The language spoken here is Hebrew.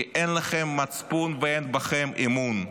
כי אין לכם מצפון ואין בכם אמון.